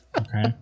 Okay